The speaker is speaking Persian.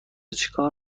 چیکار